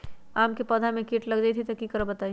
आम क पौधा म कीट लग जई त की करब बताई?